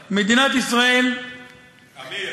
אמיר,